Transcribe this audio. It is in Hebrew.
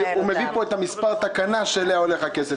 הוא מביא פה את מספר תקנה שאליה הולך הכסף,